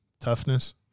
toughness